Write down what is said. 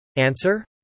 Answer